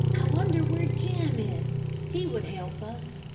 i wonder where jim is? he would help us.